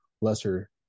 lesser